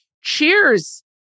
Cheers